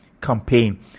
campaign